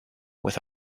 with